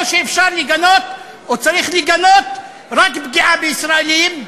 או שאפשר לגנות או צריך לגנות רק פגיעה בישראלים,